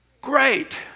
great